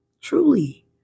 truly